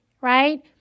right